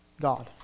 God